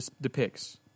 depicts